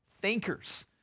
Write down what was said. thinkers